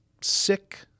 sick